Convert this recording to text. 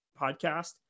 podcast